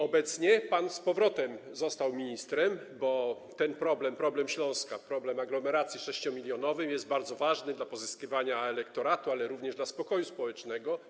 Obecnie pan z powrotem został ministrem, bo ten problem, problem Śląska, problem 6-milionowej aglomeracji jest bardzo ważny dla pozyskiwania elektoratu, ale również dla spokoju społecznego.